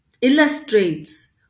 illustrates